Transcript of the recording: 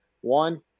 one